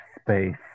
space